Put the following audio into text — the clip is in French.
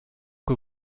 que